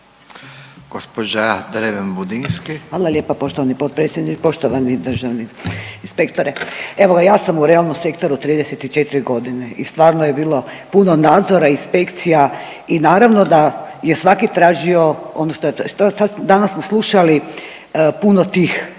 Nadica (HDZ)** Hvala lijepa poštovani potpredsjedniče. Poštovani državni inspektore, evo ja sam u realnom sektoru 34 godine i stvarno je bilo puno nadzora, inspekcija i naravno da je svaki tražio ono što, danas smo slušali puno tih